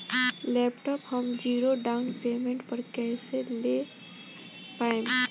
Laptop हम zero down payment पर कैसे ले पाएम?